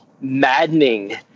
maddening